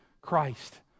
Christ